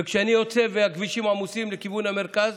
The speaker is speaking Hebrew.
וכשאני יוצא והכבישים העמוסים לכיוון המרכז